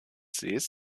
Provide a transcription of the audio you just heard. sees